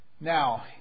Now